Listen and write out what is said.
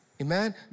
Amen